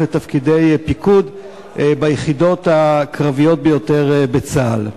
לתפקידי פיקוד ביחידות הקרביות ביותר בצה"ל.